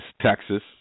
Texas